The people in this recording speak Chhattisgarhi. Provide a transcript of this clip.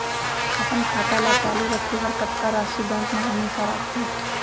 अपन खाता ल चालू रखे बर कतका राशि बैंक म हमेशा राखहूँ?